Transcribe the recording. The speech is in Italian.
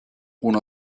uno